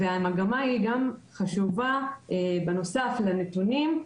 והמגמה היא גם חשובה בנוסף לנתונים.